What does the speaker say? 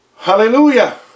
Hallelujah